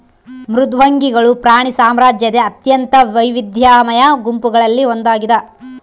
ಮೃದ್ವಂಗಿಗಳು ಪ್ರಾಣಿ ಸಾಮ್ರಾಜ್ಯದ ಅತ್ಯಂತ ವೈವಿಧ್ಯಮಯ ಗುಂಪುಗಳಲ್ಲಿ ಒಂದಾಗಿದ